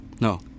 No